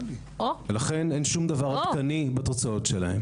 לכן אין שום דבר עדכני בתוצאות שלהם.